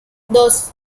dos